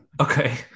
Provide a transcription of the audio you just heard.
Okay